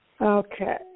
Okay